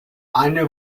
eine